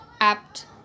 apt